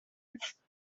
است